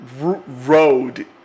road